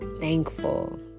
thankful